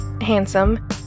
handsome